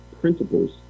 principles